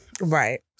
right